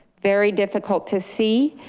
very difficult to see.